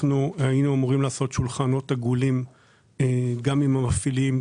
היינו אמורים לעשות שולחנות עגולים גם עם המפעילים,